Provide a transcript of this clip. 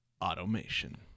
Automation